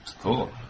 Cool